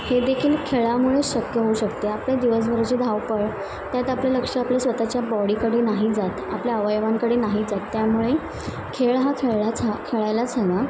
हे देखील खेळामुळेच शक्य होऊ शकते आपल्या दिवसभराची धावपळ त्यात आपलं लक्ष आपल्या स्वतःच्या बॉडीकडे नाही जात आपल्या अवयवांकडे नाही जात त्यामुळे खेळ हा खेळळाच हा खेळायला हवा